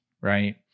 right